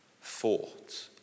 fought